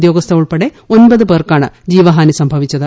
ഉദ്യോഗസ്ഥ ഉൾപ്പെടെ ഒമ്പത് പേർക്കാണ് ജീവഹാനി സംഭവിച്ചത്